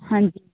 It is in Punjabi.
ਹਾਂਜੀ